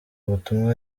butumwa